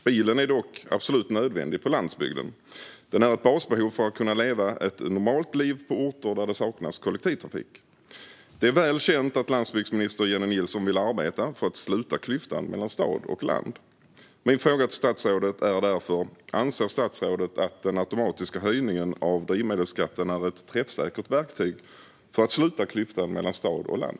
Bilen är dock absolut nödvändig på landsbygden. Den är ett basbehov för att man ska kunna leva ett normalt liv på orter där det saknas kollektivtrafik. Det är väl känt att landsbygdsminister Jennie Nilsson vill arbeta för att sluta klyftan mellan stad och land. Min fråga till statsrådet är därför: Anser statsrådet att den automatiska höjningen av drivmedelsskatten är ett träffsäkert verktyg för att sluta klyftan mellan stad och land?